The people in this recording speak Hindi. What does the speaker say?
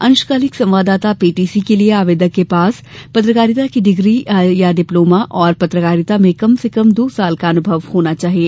अंशकालिक संवाददाता पीटीसी के लिए आवेदक के पास पत्रकारिता की डिग्री या डिप्लोमा और पत्रकारिता में कम से कम दो वर्ष का अनुभव होना चाहिए